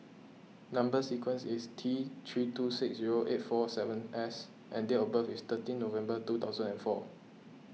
Number Sequence is T three two six zero eight four seven S and date of birth is thirteen November two thousand and four